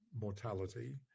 mortality